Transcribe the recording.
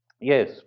Yes